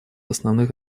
основных